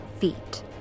feet